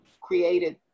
created